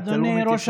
תן לנו כמה בשורות.